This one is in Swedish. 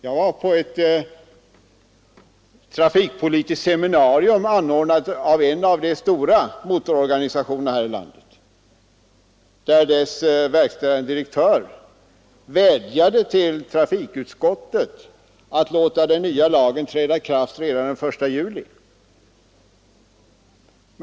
Jag var på ett trafikpolitiskt seminarium, anordnat av en av de stora motororganisationerna här i landet, där organisationens verkställande direktör vädjade till trafikutskottet att låta den nya lagen träda i kraft redan den 1 juli.